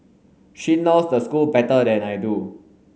she knows the school better than I do